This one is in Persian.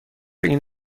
این